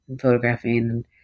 photographing